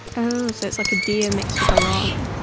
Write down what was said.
oh so it's like a deer mixed with a llama.